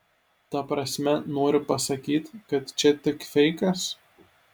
ta prasme nori pasakyt kad čia tik feikas